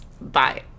Bye